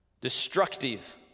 Destructive